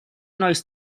nois